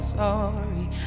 sorry